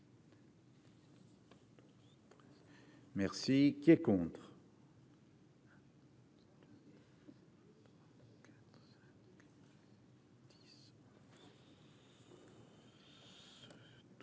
Merci qui est contre.